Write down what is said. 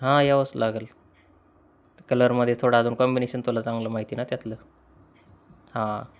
हां यावचं लागेल कलरमध्ये थोडं अजून कॉम्बिनेशन तुला चांगलं माहिती ना त्यातलं हां